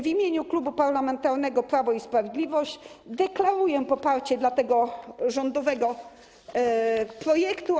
W imieniu Klubu Parlamentarnego Prawo i Sprawiedliwość deklaruję poparcie dla tego rządowego projektu.